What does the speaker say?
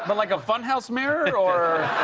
um like a funhouse mirror or.